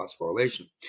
phosphorylation